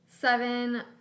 Seven